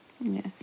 Yes